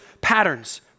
patterns